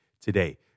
today